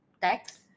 tax